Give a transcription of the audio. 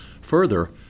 Further